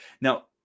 now